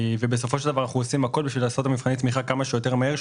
אנחנו עושים הכל בשביל לעשות את מבחני התמיכה כמה שיותר מהר.